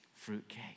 fruitcake